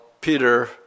Peter